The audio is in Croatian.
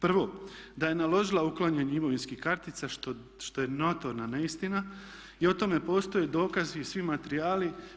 Prvo da je naložila uklanjanje imovinskih kartica što je notorna neistina i o tome postoje dokazi i svi materijali.